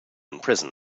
imprison